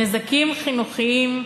נזקים חינוכיים,